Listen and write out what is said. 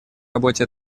работе